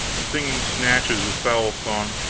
singing snatches of foul song,